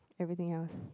everything else